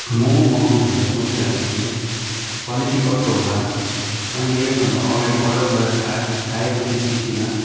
मोमो मगाउँ भनेर सोचिरहेको थिएँ क्वालिटी कस्तो होला तैँले यसभन्दा अगाडि अर्डर गरेर खाएको खाएको थिइस् कि थिइनस्